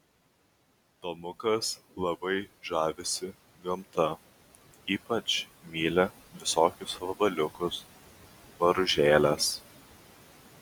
tomukas labai žavisi gamta ypač myli visokius vabaliukus boružėles